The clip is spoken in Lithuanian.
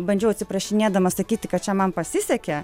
bandžiau atsiprašinėdama sakyti kad čia man pasisekė